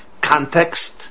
context